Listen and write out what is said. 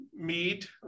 meet